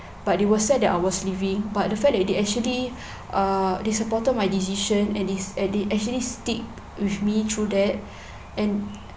but they were sad that I was leaving but the fact that they actually uh they supported my decision and is and they actually stick with me through that and